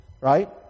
right